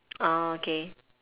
ah okay